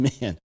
man